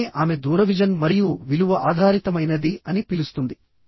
దీనినే ఆమె దూరవిజన్ మరియు విలువ ఆధారితమైనది అని పిలుస్తుంది